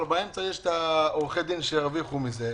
אבל באמצע יש את עורכי הדין שירוויחו מזה.